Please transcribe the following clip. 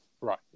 Right